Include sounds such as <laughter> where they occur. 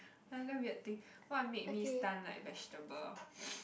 another weird thing what made me stunned like vegetable <noise>